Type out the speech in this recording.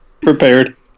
Prepared